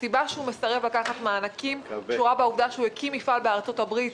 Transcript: הסיבה שהוא מסרב לקחת מענקים קשורה בעובדה שהוא הקים מפעל בארצות הברית